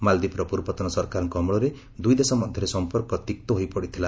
ମାଳଦ୍ୱୀପର ପୂର୍ବତନ ସରକାରଙ୍କ ଅମଳରେ ଦୁଇ ଦେଶ ମଧ୍ୟରେ ସମ୍ପର୍କ ତିକ୍ତ ହୋଇପଡ଼ିଥିଲା